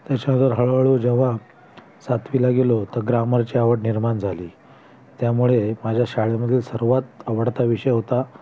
त्याच्यानंतर हळूहळू जेव्हा सातवीला गेलो तर ग्रामरची आवड निर्माण झाली त्यामुळे माझ्या शाळेमधील सर्वात आवडता विषय होता